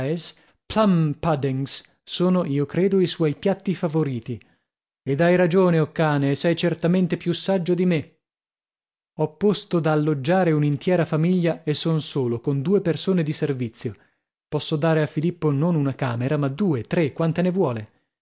sono io credo i suoi piatti favoriti ed hai ragione o cane e sei certamente più saggio di me ho posto da alloggiare una intiera famiglia e son solo con due persone di servizio posso dare a filippo non una camera ma due tre quante ne vuole